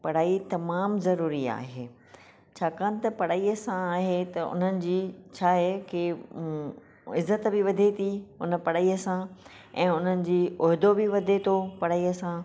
पढ़ाई तमामु ज़रुरी आहे छाकाण त पढ़ाईअ सां आहे त उन्हनि जी छा आहे कि इज्ज़त बि वधे थी उन पढ़ाईअ सां ऐं उन्हनि जी उहिदो बि वधे थो पढ़ाईअ सां